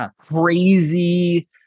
crazy